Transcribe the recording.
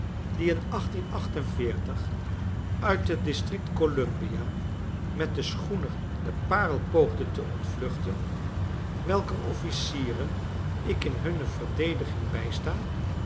die in uit het district columbia met den schoener de parel poogden te ontvluchten welker officieren ik in hunne verdediging bijsta